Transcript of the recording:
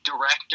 director